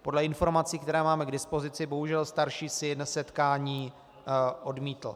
Podle informací, které máme k dispozici, bohužel starší syn setkání odmítl.